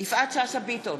יפעת שאשא ביטון,